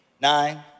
Nine